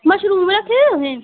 भइया मशरूम रक्खे दे तुसें